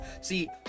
See